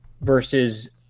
versus